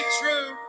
true